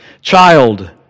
Child